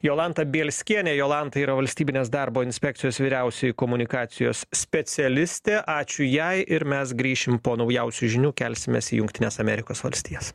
jolanta bielskienė jolanta yra valstybinės darbo inspekcijos vyriausioji komunikacijos specialistė ačiū jai ir mes grįšim po naujausių žinių kelsimės į jungtines amerikos valstijas